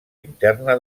interna